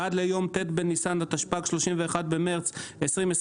עד יום ט' בניסן התשפ"ג (31 במרס 2023)